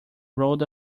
road